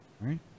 right